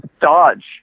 dodge